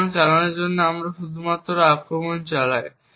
সুতরাং চালানোর জন্য আমরা শুধু আক্রমণ চালাই